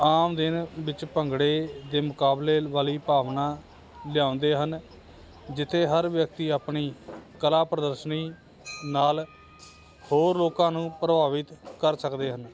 ਆਮ ਦਿਨ ਵਿੱਚ ਭੰਗੜੇ ਦੇ ਮੁਕਾਬਲੇ ਵਾਲੀ ਭਾਵਨਾ ਲਿਆਉਂਦੇ ਹਨ ਜਿੱਥੇ ਹਰ ਵਿਅਕਤੀ ਆਪਣੀ ਕਲਾ ਪ੍ਰਦਰਸ਼ਨੀ ਨਾਲ ਹੋਰ ਲੋਕਾਂ ਨੂੰ ਪ੍ਰਭਾਵਿਤ ਕਰ ਸਕਦੇ ਹਨ